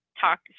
talk